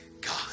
God